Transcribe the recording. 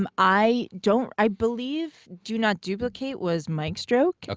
um i don't. i believe do not duplicate was mike's joke. ah